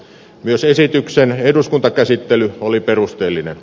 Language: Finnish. myös esityksen eduskuntakäsittely oli perusteellinen